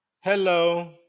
hello